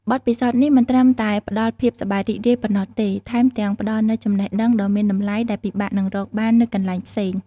បទពិសោធន៍នេះមិនត្រឹមតែផ្តល់ភាពសប្បាយរីករាយប៉ុណ្ណោះទេ ថែមទាំងផ្តល់នូវចំណេះដឹងដ៏មានតម្លៃដែលពិបាកនឹងរកបាននៅកន្លែងផ្សេង។